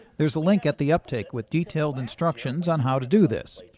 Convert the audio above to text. there's a link at the uptake with detailed instructions on how to do this.